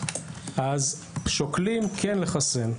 שוקלים כן לחסן.